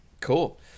Cool